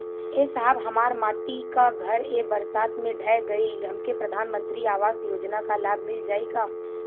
ए साहब हमार माटी क घर ए बरसात मे ढह गईल हमके प्रधानमंत्री आवास योजना क लाभ मिल जाई का?